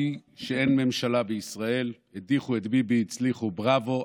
אבל אין ממשלה בישראל, לצערי,